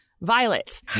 Violet